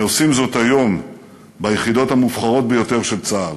ועושים זאת היום ביחידות המובחרות ביותר של צה"ל.